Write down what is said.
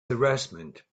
harassment